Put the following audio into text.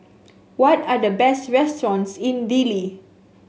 what are the best restaurants in Dili